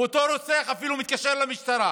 ואותו רוצח אפילו מתקשר למשטרה